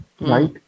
right